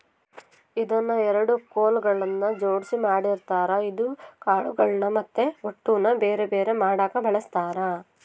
ಇದನ್ನ ಎರಡು ಕೊಲುಗಳ್ನ ಜೊಡ್ಸಿ ಮಾಡಿರ್ತಾರ ಇದು ಕಾಳುಗಳ್ನ ಮತ್ತೆ ಹೊಟ್ಟುನ ಬೆರೆ ಬೆರೆ ಮಾಡಕ ಬಳಸ್ತಾರ